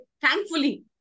thankfully